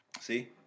See